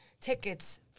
tickets